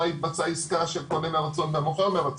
התבצעה העיסקה של קונה מהרצון ומוכר מרצון,